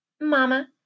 Mama